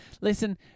Listen